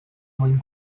mwyn